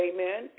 Amen